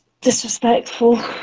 disrespectful